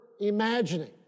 imagining